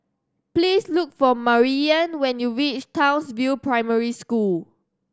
please look for Maryanne when you reach Townsville Primary School